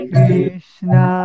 Krishna